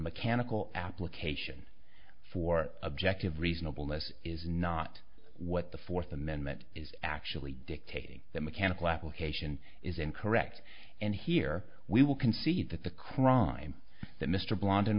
mechanical application for objective reasonableness is not what the fourth amendment is actually dictating that mechanical application is incorrect and here we will concede that the crime that mr bl